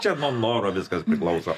čia nuo noro viskas priklauso